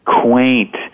quaint